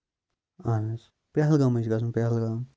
اَہن حظ پہلگامٕے چھُ گژھُن پہلگام